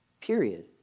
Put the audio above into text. Period